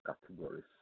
categories